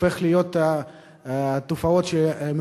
הופכת להיות תופעה קשה מאוד.